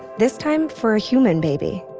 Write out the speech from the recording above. this time for a human baby